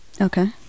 Okay